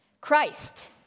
Christ